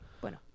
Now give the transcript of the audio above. Bueno